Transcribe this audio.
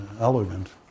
elegant